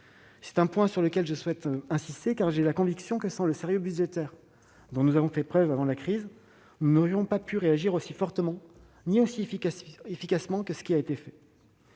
C'est un élément sur lequel je souhaite insister, car j'ai la conviction que, sans le sérieux budgétaire dont nous avons fait preuve avant la crise, nous n'aurions pu réagir aussi fortement ni aussi efficacement. C'est aussi